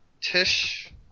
Tish